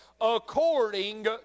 According